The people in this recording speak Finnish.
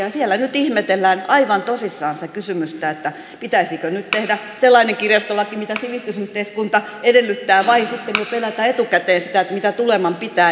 siellä nyt ihmetellään aivan tosissaan sitä kysymystä pitäisikö nyt tehdä sellainen kirjastolaki mitä sivistysyhteiskunta edellyttää vai sitten jo pelätä etukäteen sitä mitä tuleman pitää